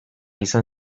izan